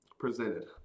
presented